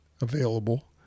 available